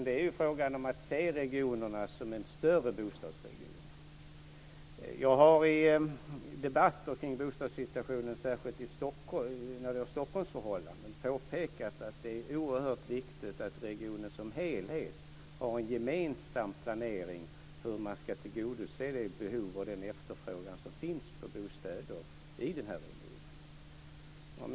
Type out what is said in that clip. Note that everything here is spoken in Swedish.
Det är ju frågan om att man ska se regionerna som en större bostadsregion. Jag har i debatter kring bostadssituationen, särskilt när det gäller Stockholmsförhållanden, påpekat att det är oerhört viktigt att regionen som helhet har en gemensam planering för hur man ska tillgodose det behov och den efterfrågan som finns när det gäller bostäder i den här regionen.